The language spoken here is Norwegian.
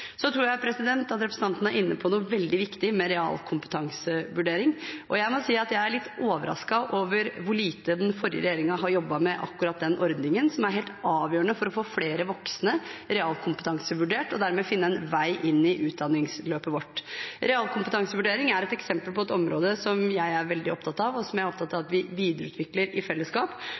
Så tror jeg at representanten er inne på noe veldig viktig med realkompetansevurdering, og jeg må si at jeg er litt overrasket over hvor lite den forrige regjeringen har jobbet med akkurat den ordningen, som er helt avgjørende for å få flere voksne realkompetansevurdert og dermed finne en vei inn i utdanningsløpet vårt. Realkompetansevurdering er et eksempel på et område som jeg er veldig opptatt av, og som jeg er opptatt av at vi videreutvikler i fellesskap.